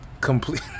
complete